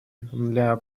для